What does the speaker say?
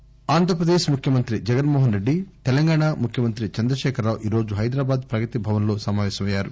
meet Andhra Pradesh ముఖ్యమంత్రి జగన్ మోహన్ రెడ్లి తెలంగాణ ముఖ్యమంత్రి చంద్రశేఖర్ రావు ఈరోజు హైదరాబాద్ ప్రగతి భవన్ లో సమావేశమయ్యారు